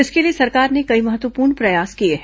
इसके लिए सरकार ने कई महत्वपूर्ण प्रयास किये हैं